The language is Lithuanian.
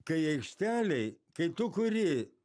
kai aikštelėj kai tu kuri